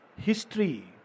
History